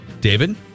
David